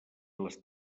les